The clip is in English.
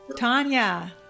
Tanya